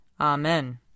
Amen